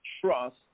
trust